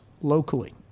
locally